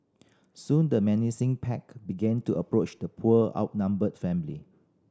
soon the menacing pack began to approach the poor outnumbered family